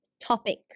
topic